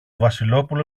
βασιλόπουλο